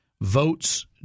Votes